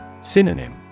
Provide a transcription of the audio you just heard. Synonym